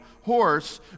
horse